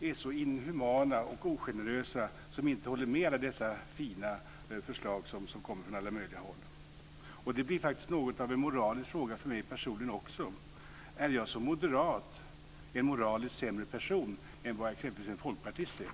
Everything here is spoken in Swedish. är så inhumana och ogenerösa när vi inte håller med om alla dessa fina förslag som kommer från alla möjliga håll. Det blir faktiskt något av en moralisk fråga för mig personligen också. Är jag som moderat en moraliskt sämre person än vad exempelvis en folkpartist är?